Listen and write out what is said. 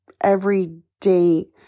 everyday